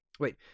Wait